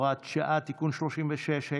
(הוראת שעה) (תיקון מס' 36),